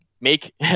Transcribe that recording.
Make